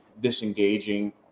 disengaging